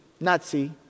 Nazi